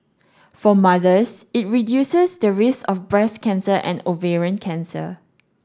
for mothers it reduces the risk of breast cancer and ovarian cancer